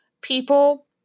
people